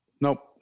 Nope